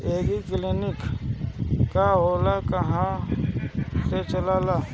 एगरी clinic का होला कहवा से चलेँला?